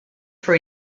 for